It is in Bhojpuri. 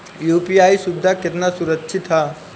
यू.पी.आई सुविधा केतना सुरक्षित ह?